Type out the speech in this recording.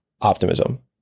optimism